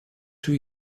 two